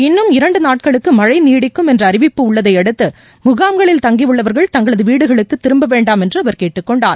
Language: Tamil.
இள்ளும் இரண்டு நாட்களுக்கு மழை நீடிக்கும் என்ற அறிவிப்பு உள்ளதை அடுத்து முகாம்களில் தங்கியுள்ளவர்கள் தங்களது வீடுகளுக்கு திரும்ப வேண்டாம் என்று அவர் கேட்டுக் கொண்டார்